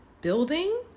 building